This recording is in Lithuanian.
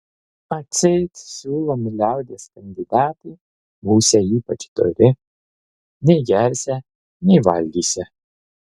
atseit siūlomi liaudies kandidatai būsią ypač dori nei gersią nei valgysią